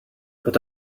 but